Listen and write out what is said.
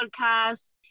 podcast